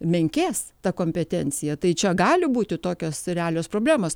menkės ta kompetencija tai čia gali būti tokios realios problemos